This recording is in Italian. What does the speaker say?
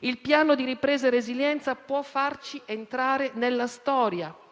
Il Piano nazionale di ripresa e resilienza può farci entrare nella storia,